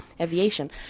Aviation